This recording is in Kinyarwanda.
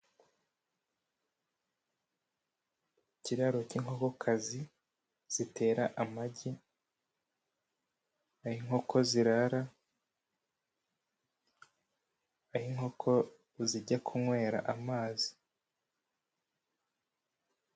Ikiraro cy'inkokazi zitera amagi, aho inkoko zirara, aho inkoko zijya kunywera amazi.